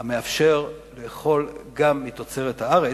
המאפשר לאכול גם מתוצרת הארץ,